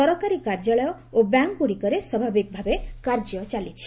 ସରକାରୀ କାର୍ଯ୍ୟାଳୟ ଓ ବ୍ୟାଙ୍କ୍ଗୁଡ଼ିକରେ ସ୍ୱାଭାବିକ ଭାବେ କାର୍ଯ୍ୟ ଚାଲିଛି